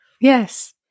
Yes